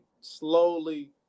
slowly